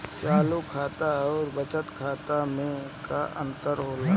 चालू खाता अउर बचत खाता मे का अंतर होला?